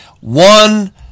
one